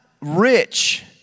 rich